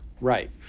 Right